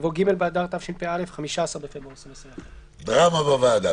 יבוא "ג' באדר התשפ"א (15 בפברואר 2021)". דרמה בוועדה.